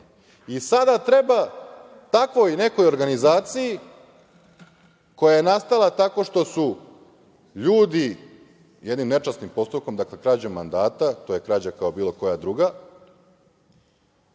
glasao. Sada treba takvoj nekoj organizaciji koja je nastala tako što su ljudi jednim nečasnim postupkom, dakle krađom mandata, to je krađa kao bilo koja druga